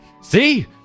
see